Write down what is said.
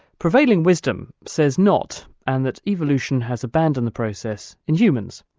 prevailing wisdom says not and that evolution has abandoned the process in humans.